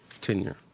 tenure